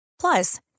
Plus